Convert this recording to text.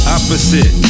Opposite